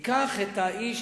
ניקח את האיש,